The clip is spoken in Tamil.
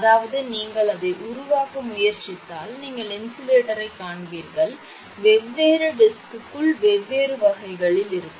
அதாவது நீங்கள் அதை உருவாக்க முயற்சித்தால் நீங்கள் இன்சுலேட்டர்களைக் காண்பீர்கள் வெவ்வேறு டிஸ்க்குகள் வெவ்வேறு வகைகளில் இருக்கும்